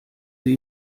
sie